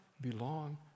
belong